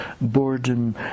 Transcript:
boredom